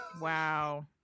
wow